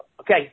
Okay